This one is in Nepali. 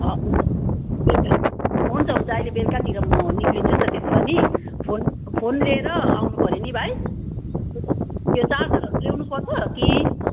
अँ हुन्छ त्यही त हुन्छ हुन्छ अहिले बेलुकातिर म निस्किन्छु नि त त्यसो भए नि फोन फोन लिएर आउनुपर्यो नि भाइ त्यो चार्जरहरू ल्याउनुपर्छ कि